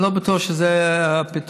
אני לא בטוח שזה הפתרון.